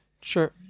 sure